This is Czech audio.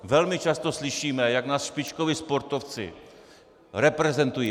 Velmi často slyšíme, jak nás špičkoví sportovci reprezentují.